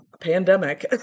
pandemic